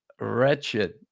wretched